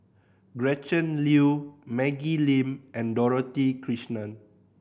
Gretchen Liu Maggie Lim and Dorothy Krishnan